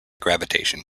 gravitation